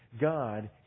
God